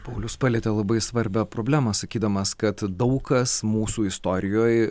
paulius palietė labai svarbią problemą sakydamas kad daug kas mūsų istorijoj